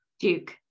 Duke